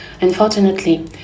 Unfortunately